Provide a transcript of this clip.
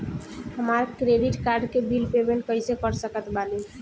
हमार credit card के bill payment कइसे कर सकत बानी?